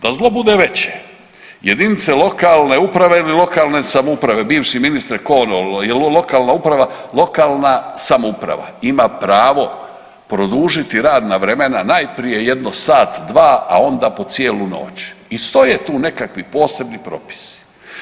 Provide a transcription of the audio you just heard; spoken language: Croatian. Da zlo bude veće, jedinice lokalne uprave ili lokalne samouprave, bivši ministre ko ono jel lokalna uprava, lokalna samouprava ima pravo produžiti radna vremena najprije jedno sat, dva, a onda po cijelu noć i stoje tu nekakvi posebni propisi.